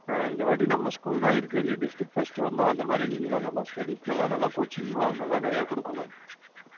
ஆ இந்தவாட்டி நம்ம ஸ்கூல் தான் இருக்கிறதுலே டிஸ்ட்ரிக் ஃபஸ்டு வரணும் அந்தமாதிரி நீங்கள்தான் நல்லா ஸ்டெடீஸ்லெலான் நல்லா கோச்சிங்லலாம் நல்லா நிறையா கொடுக்கணும்